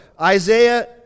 Isaiah